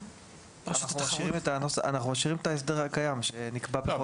אנחנו משאירים את ההסדר הקיים שנקבע.